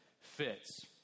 fits